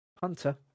Hunter